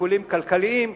שיקולים כלכליים,